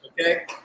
okay